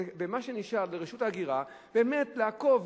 ומה שנשאר לרשות ההגירה זה באמת לעקוב